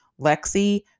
Lexi